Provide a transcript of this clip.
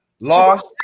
lost